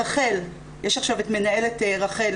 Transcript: חיפשו עכשיו למינהלת רח"ל,